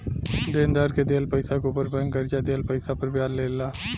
देनदार के दिहल पइसा के ऊपर बैंक कर्जा दिहल पइसा पर ब्याज ले ला